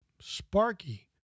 Sparky